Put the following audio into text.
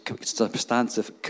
substantive